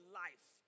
life